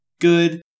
Good